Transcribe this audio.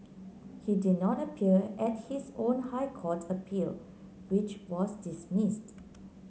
he did not appear at his own High Court appeal which was dismissed